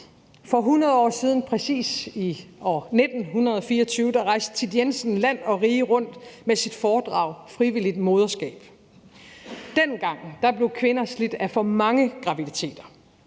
For 100 år siden – præcis i år 1924 – rejste Thit Jensen land og rige rundt med sit foredrag »Frivilligt moderskab«. Dengang blev kvinder slidt af for mange graviditeter.